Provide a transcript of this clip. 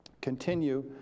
continue